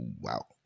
Wow